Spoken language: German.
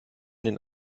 den